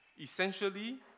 Essentially